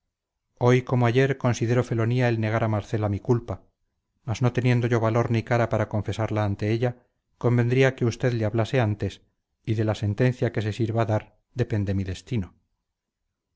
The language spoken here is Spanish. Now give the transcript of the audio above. hoy como ayer considero felonía el negar a marcela mi culpa mas no teniendo yo valor ni cara para confesarla ante ella convendría que usted le hablase antes y de la sentencia que se sirva dar depende mi destino